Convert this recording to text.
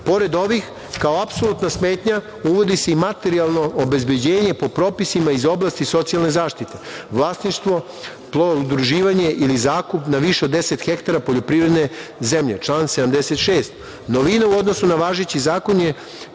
Pored ovih, kao apsolutna smetnja uvodi se i materijalno obezbeđenje po propisima iz oblasti socijalne zaštite, vlasništvo, udruživanje ili zakup na više od 10 hektara poljoprivredne zemlje – član 76.Novina u odnosu na važeći zakon je